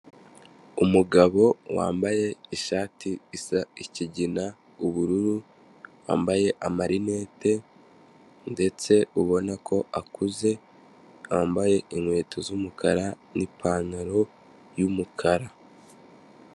Umugabo wambaye ishati isa ikigina, ubururu, wambaye amarinete ndetse ubona ko akuze, wambaye inkweto z'umukara n'ipantaro y'umukara.